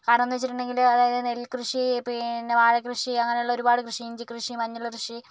കരണമെന്താണെന്നു വെച്ചിട്ടുണ്ടെങ്കിൽ അതായത് നെൽക്കൃഷി പിന്നെ വാഴക്കൃഷി അങ്ങനെയുള്ള ഒരുപാട് കൃഷി ഇഞ്ചിക്കൃഷി മഞ്ഞൾ കൃഷി